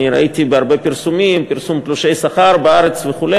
אני ראיתי בהרבה פרסומים תלושי שכר בארץ וכו'.